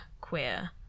queer